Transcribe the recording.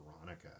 Veronica